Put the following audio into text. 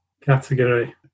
category